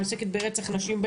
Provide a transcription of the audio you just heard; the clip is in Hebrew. אני עוסקת ברצח נשים.